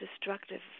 destructive